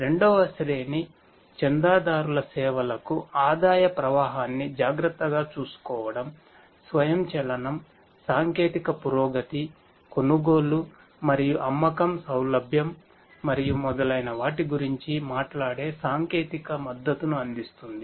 రెండవ శ్రేణి చందాదారుల సేవలకు ఆదాయ ప్రవాహాన్ని జాగ్రత్తగా చూసుకోవడం స్వయంచలనం సాంకేతిక పురోగతి కొనుగోలు మరియు అమ్మకం సౌలభ్యం మరియు మొదలైన వాటి గురించి మాట్లాడే సాంకేతిక మద్దతును అందిస్తుంది